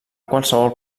qualsevol